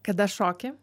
kada šoki